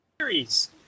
series